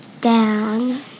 down